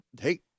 hey